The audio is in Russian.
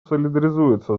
солидаризируется